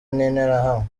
n’interahamwe